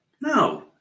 No